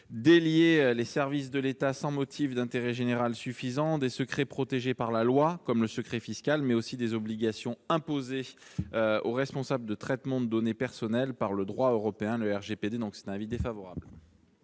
délier les services de l'État, sans motif d'intérêt général suffisant, de secrets protégés par la loi, comme le secret fiscal, mais aussi des obligations imposées aux responsables du traitement des données personnelles par le droit européen, à travers le règlement général